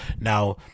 now